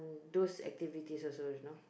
those activity also you know